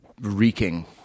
reeking